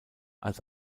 als